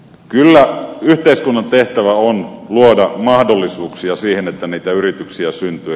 kyllä yhteiskunnan tehtävä on luoda mahdollisuuksia siihen että niitä yrityksiä syntyy